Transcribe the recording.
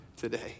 Today